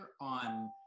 on